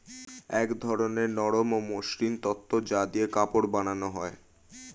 এক ধরনের নরম ও মসৃণ তন্তু যা দিয়ে কাপড় বানানো হয়